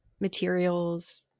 materials